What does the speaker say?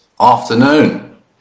afternoon